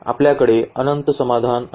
आपल्याकडे अनंत समाधान आहे